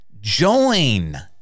join